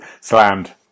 Slammed